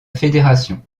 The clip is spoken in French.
fédération